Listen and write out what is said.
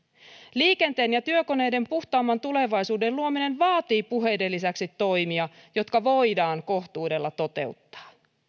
liikenteen ja työkoneiden puhtaamman tulevaisuuden luominen vaatii puheiden lisäksi toimia jotka voidaan kohtuudella toteuttaa